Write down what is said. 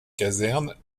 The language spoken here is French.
casernes